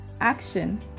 Action